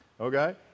Okay